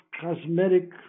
cosmetic